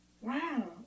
Wow